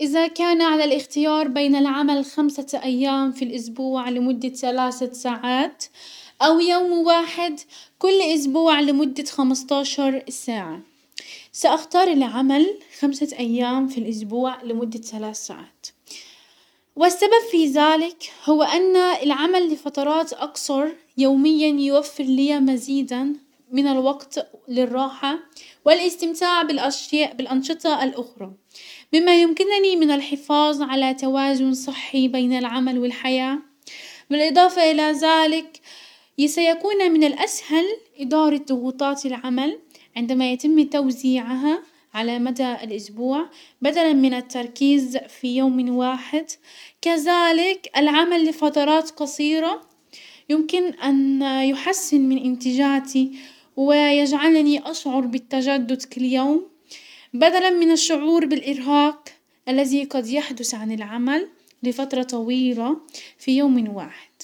اذا كان على الاختيار بين العمل خمسة ايام في الاسبوع لمدة سلاسة ساعات او يوم واحد كل اسبوع لمدة خمستاشر ساعة، ساختار العمل خمسة ايام في الاسبوع لمدة سلاس ساعات، والسبب في ذلك هو ان العمل لفترات اقصر يوميا يوفر لي مزيدا من الوقت للراحة والاستمتاع بالاشياء-بالانشطة الاخرى، بما يمكنني من الحفاظ على توازن صحي بين العمل والحياة، بالاضافة الى لذلك سيكون من الاسهل ادارة ضغوطات العمل عندما يتم توزيعها على مدى الاسبوع بدلا من التركيز في يوم واحد، كذلك العمل لفترات قصيرة يمكن ان يحسن من انتاجاتي ويجعلني اشعر بالتجدد كاليوم بدلا من الشعور بالارهاق الذي قد يحدس عن العمل لفترة طويلة في يوم واحد.